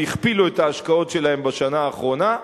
והכפילו את ההשקעות שלהם בשנה האחרונה,